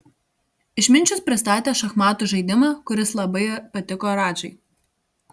išminčius pristatė šachmatų žaidimą kuris labai patiko radžai